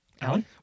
Alan